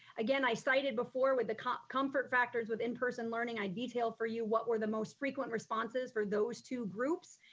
again, i cited before with the comfort comfort factors with in-person learning i detailed for you what were the most frequent responses for those two groups.